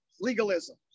legalism